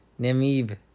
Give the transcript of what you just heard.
Namib